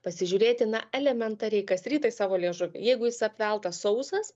pasižiūrėti na elementariai kas rytą į savo liežuvį jeigu jis apveltas sausas